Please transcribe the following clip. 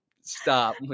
stop